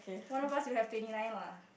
one of us will have twenty nine lah